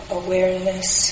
awareness